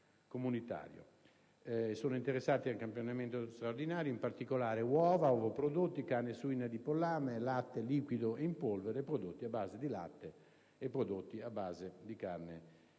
interessati al campionamento straordinario sono in particolare i seguenti: uova e ovoprodotti, carni suine e di pollame, latte liquido e in polvere, prodotti a base di latte e prodotti a base di carne